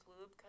lube